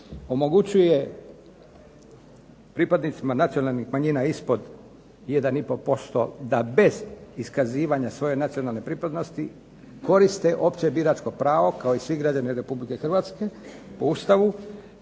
omogućuje pripadnicima nacionalnih manjina ispod 1,5% da bez iskazivanja svoje nacionalne pripadnosti koriste opće biračko pravo kao i svi građani RH po Ustavu.